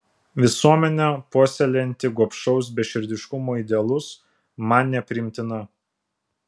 visuomenė puoselėjanti gobšaus beširdiškumo idealus man nepriimtina